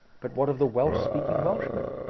but what of the welsh-speaking welshman?